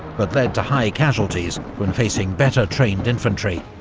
but led to high casualties when facing better-trained infantry,